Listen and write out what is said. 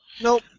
Nope